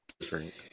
drink